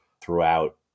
throughout